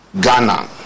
Ghana